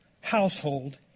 household